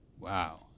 wow